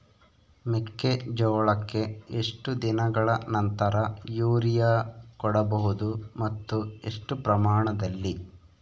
ಮೆಕ್ಕೆಜೋಳಕ್ಕೆ ಎಷ್ಟು ದಿನಗಳ ನಂತರ ಯೂರಿಯಾ ಕೊಡಬಹುದು ಮತ್ತು ಎಷ್ಟು ಪ್ರಮಾಣದಲ್ಲಿ?